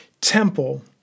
temple